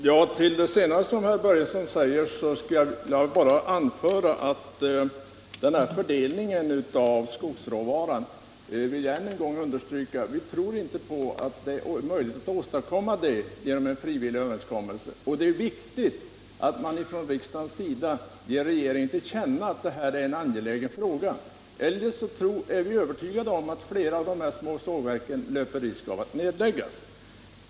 Herr talman! Herr Börjesson i Glömminge talade nu senast om fördelningen av skogsråvara. Då vill jag än en gång understryka: Jag tror inte det är möjligt att åstadkomma en sådan genom frivilliga överenskommelser, och det är angeläget att från riksdagens sida ge regeringen till känna att det här är en viktig fråga. Vi är övertygade om att flera av dessa små sågverk annars löper risk att nedläggas.